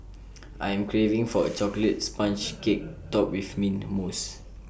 I am craving for A Chocolate Sponge Cake Topped with Mint Mousse